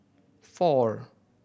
four